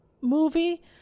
movie